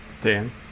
dan